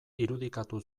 irudikatu